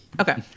Okay